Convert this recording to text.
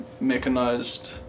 mechanized